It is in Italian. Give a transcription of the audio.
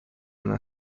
una